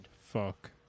Fuck